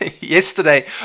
Yesterday